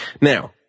Now